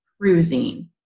cruising